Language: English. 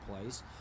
place